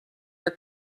were